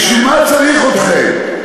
בשביל מה צריך אתכם?